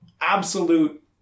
absolute